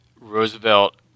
Roosevelt